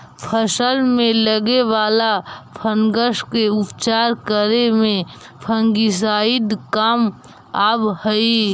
फसल में लगे वाला फंगस के उपचार करे में फंगिसाइड काम आवऽ हई